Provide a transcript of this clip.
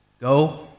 Go